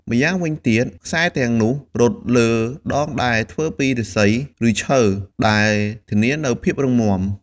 ម្យ៉ាងវិញទៀត ខ្សែទាំងនោះរត់លើដងដែលធ្វើពីឫស្សី ឬឈើ ដែលធានានូវភាពរឹងមាំ។